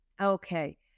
Okay